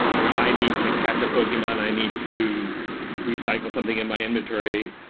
you know i need to catch a pokemon. i need to recycle something in my inventory,